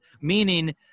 meaning